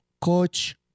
Coach